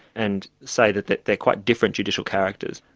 and say that that they're quite different judicial characters.